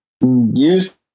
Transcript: use